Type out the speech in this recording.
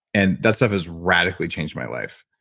and that stuff has radically changed my life.